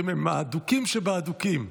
האדוקים הם מהאדוקים שבאדוקים.